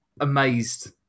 amazed